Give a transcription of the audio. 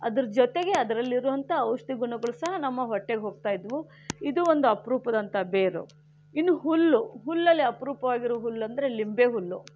ಅದರ ಜೊತೆಗೆ ಅದರಲ್ಲಿರುವಂಥ ಔಷಧಿ ಗುಣಗಳು ಸಹ ನಮ್ಮ ಹೊಟ್ಟೆಗೆ ಹೋಗ್ತಾ ಇದ್ದವು ಇದು ಒಂದು ಅಪರೂಪದಂಥ ಬೇರು ಇನ್ನು ಹುಲ್ಲು ಹುಲ್ಲಲ್ಲಿ ಅಪರೂಪವಾಗಿರೋ ಹುಲ್ಲು ಅಂದರೆ ಲಿಂಬೆಹುಲ್ಲು